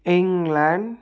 England